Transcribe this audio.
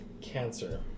cancer